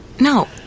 No